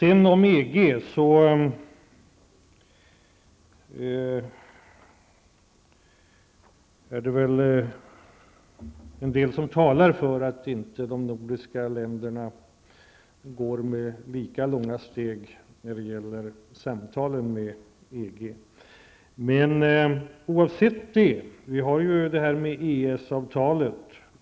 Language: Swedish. En del talar för att de nordiska länderna inte går med lika långa steg när det gäller samtalen med EG. Men oavsett det finns ju EES-avtalet.